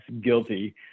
guilty